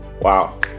Wow